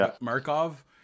Markov